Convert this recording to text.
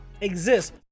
exist